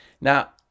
Now